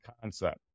Concept